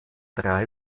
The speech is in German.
drei